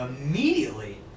immediately